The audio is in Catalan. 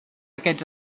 aquests